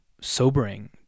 sobering